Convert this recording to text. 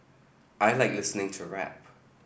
I like listening to rap